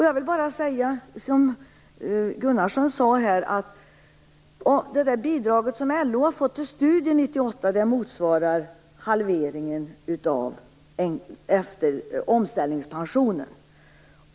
Jag säger samma sak som Gunnarsson: Det bidrag som LO har fått för studier under 1998 motsvarar halveringen av omställningspensionen.